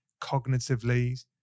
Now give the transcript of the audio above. cognitively